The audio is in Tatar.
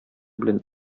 белән